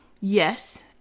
Yes